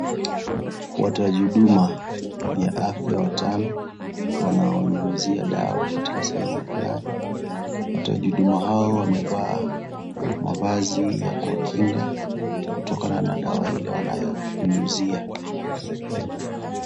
Watoaji huduma ya afya watano, wanao wanyunyizia dawa katika sehemu Fulani. Watoaji huduma hao wamevaa mavazi ya kuwakinga, kutokana na dawa Ile wanayo nyunyuzia.